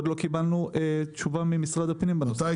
כי עדיין לא קיבלנו תשובה ממשרד הפנים בנושא הזה.